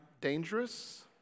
dangerous